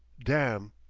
damn!